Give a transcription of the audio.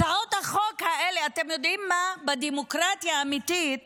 הצעות החוק האלה, אתם יודעים מה, בדמוקרטיה אמיתית